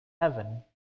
heaven